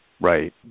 Right